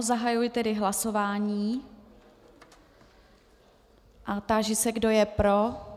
Zahajuji tedy hlasování a táži se, kdo je pro.